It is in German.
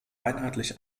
einheitlich